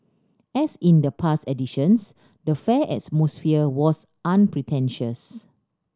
as in the past editions the fair is atmosphere was unpretentious